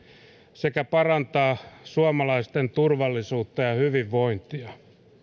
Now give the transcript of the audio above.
sekä parantaa suomalaisten turvallisuutta ja hyvinvointia